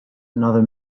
another